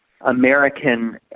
American